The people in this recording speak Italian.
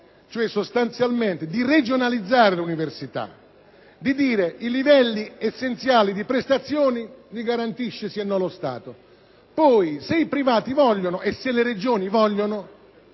cioè sostanzialmente di regionalizzare le università, dicendo che i livelli essenziali delle prestazioni li garantisce, sì e no, lo Stato: poi, se i privati e le Regioni lo vogliono,